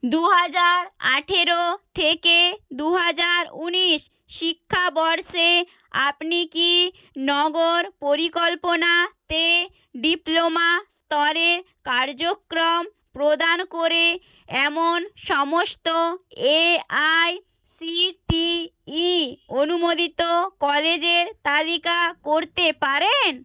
দু হাজার আঠেরো থেকে দু হাজার উনিশ শিক্ষাবর্ষে আপনি কি নগর পরিকল্পনাতে ডিপ্লোমা স্তরে কার্যক্রম প্রদান করে এমন সমস্ত A I C T E অনুমোদিত কলেজের তালিকা করতে পারেন